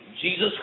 Jesus